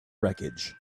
wreckage